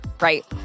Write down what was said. right